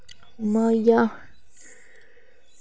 उं'आ होई गेआ